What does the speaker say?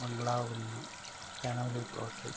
മംഗളാകുന്ന് Conolly plot